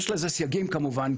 יש לזה סייגים כמובן.